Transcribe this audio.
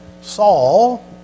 Saul